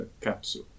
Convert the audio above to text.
capsule